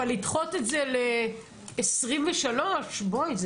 אבל לדחות את זה ל-2023 בואי,